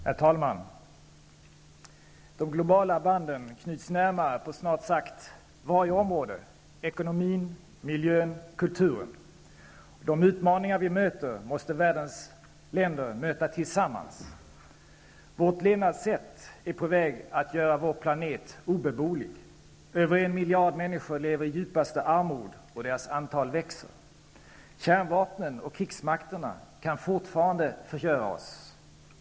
Herr talman! De globala banden knyts närmare på snart sagt varje område -- ekonomin, miljön och kulturen. De utmaningar vi möter måste världens länder möta tillsammans. Vårt levnadssätt är på väg att göra vår planet obeboelig. Över 1 miljard människor lever i djupaste armod, och deras antal växer. Kärnvapnen och krigsmakterna kan fortfarande förgöra oss.